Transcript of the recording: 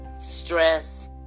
stress